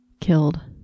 killed